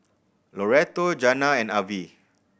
Loretto Jana and Avie